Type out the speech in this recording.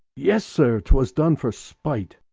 yes, sir twas done for spight.